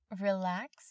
relax